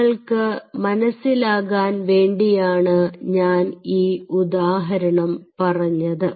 നിങ്ങൾക്ക് മനസ്സിലാകാൻ വേണ്ടിയാണ് ഞാൻ ഈ ഉദാഹരണം പറഞ്ഞത്